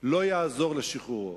לא תעזור לשחרורו.